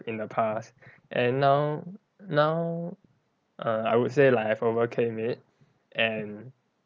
in the past and now now err I would say like I overcame it and